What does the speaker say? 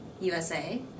USA